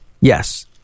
Yes